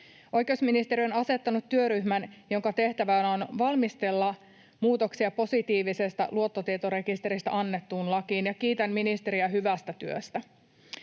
Oikeusministeriö on asettanut työryhmän, jonka tehtävänä on valmistella muutoksia positiivisesta luottotietorekisteristä annettuun lakiin, ja kiitän ministeriä hyvästä työstä.